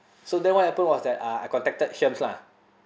so then what happened was that uh I contacted shems lah